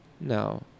No